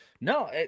No